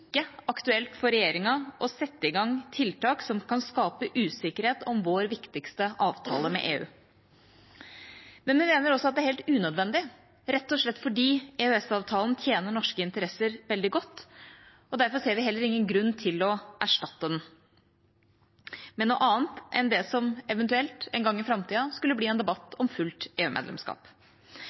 aktuelt for regjeringa å sette i gang tiltak som kan skape usikkerhet om vår viktigste avtale med EU. Vi mener også det er helt unødvendig – rett og slett fordi EØS-avtalen tjener norske interesser veldig godt. Derfor ser vi heller ingen grunn til å erstatte den med noe annet enn det som eventuelt en gang i framtida skulle bli en debatt om fullt